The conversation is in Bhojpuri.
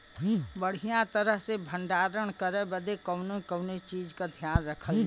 बढ़ियां तरह से भण्डारण करे बदे कवने कवने चीज़ को ध्यान रखल जा?